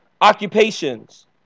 occupations